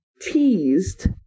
teased